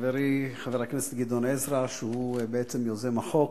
חברי חבר הכנסת גדעון עזרא, שהוא בעצם יוזם החוק,